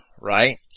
right